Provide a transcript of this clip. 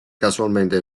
casualmente